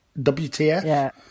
WTF